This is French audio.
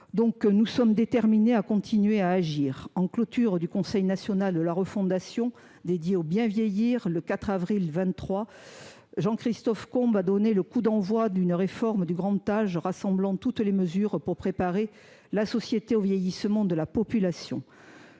Nous sommes déterminés à continuer d’agir. En clôture du Conseil national de la refondation consacré au « bien vieillir », le 4 avril 2023, Jean Christophe Combe a donné le coup d’envoi d’une réforme du grand âge, rassemblant toutes les mesures pour préparer la société au vieillissement de la population.